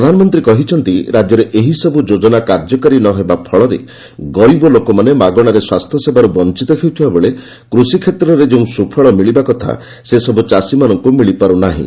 ପ୍ରଧାନମନ୍ତ୍ରୀ କହିଛନ୍ତି ରାଜ୍ୟରେ ଏହିସବୁ ଯୋଜନା କାର୍ଯ୍ୟକାରୀ ନ ହେବା ଫଳରେ ଗରିବ ଲୋକମାନେ ମାଗଣାରେ ସ୍ୱାସ୍ଥ୍ୟ ସେବାରୁ ବଞ୍ଚିତ ହେଉଥିବାବେଳେ କୃଷି କ୍ଷେତ୍ରରେ ଯେଉଁ ସୁଫଳ ମିଳିବା କଥା ସେସବୁ ଚାଷୀମାନଙ୍କୁ ମିଳିପାରୁନାହିଁ